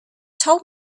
told